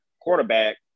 quarterback